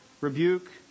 rebuke